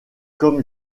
comme